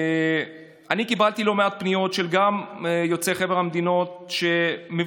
שאני קיבלתי לא מעט פניות של יוצאי חבר המדינות שמבוטחים.